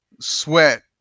sweat